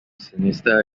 sinister